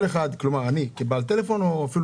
כל אחד כלומר אני כבעל טלפון או אפילו